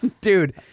Dude